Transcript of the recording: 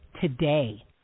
today